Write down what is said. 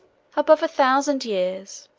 above a thousand years,